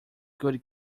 good